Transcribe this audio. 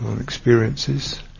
experiences